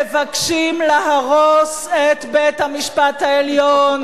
ואתם מבקשים להרוס את בית-המשפט העליון,